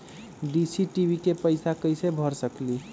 Dish TV के पैईसा कईसे भर सकली?